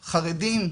חרדיים,